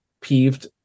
peeved